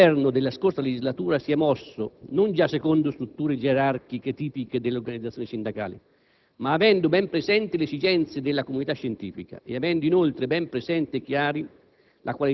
il Governo della scorsa legislatura si è mosso, non già secondo strutture gerarchiche tipiche dell'organizzazione aziendale, ma avendo ben presente le esigenze della comunità scientifica; e avendo inoltre ben presente e chiari